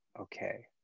Okay